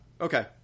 okay